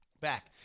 back